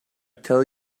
tell